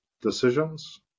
decisions